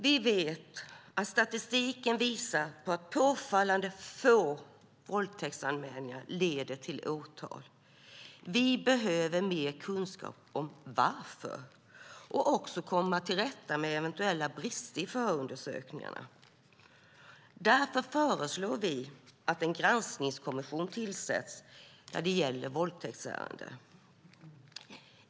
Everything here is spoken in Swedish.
Vi vet att statistiken visar att påfallande få våldtäktsanmälningar leder till åtal. Vi behöver mer kunskap om varför det är så. Vi behöver också komma till rätta med eventuella brister i förundersökningarna. Därför föreslår vi att en granskningskommission tillsätts när det gäller våldtäktsärenden.